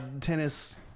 tennis